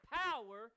power